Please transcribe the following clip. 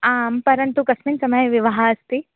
आं परन्तु कस्मिन् समये विवाहः अस्ति